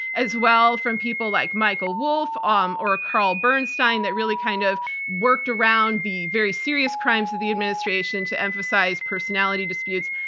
as well, from people like michael wolff um or carl bernstein, that really kind of worked around the very serious crimes of the administration to emphasize personality disputes,